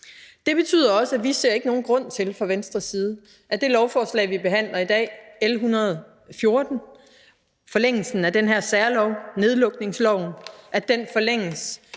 Det betyder også, at vi ikke ser nogen grund til fra Venstres side, at det lovforslag, vi behandler i dag, L 114, om forlængelsen af den her særlov, nedlukningsloven, forlænges